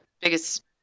biggest